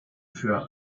für